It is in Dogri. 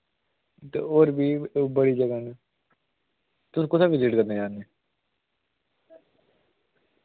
ते होर बी बड़ी जगह न तुस कुत्थै विजिट करना चांह्ने